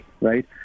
right